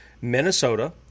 Minnesota